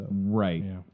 Right